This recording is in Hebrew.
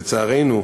לצערנו,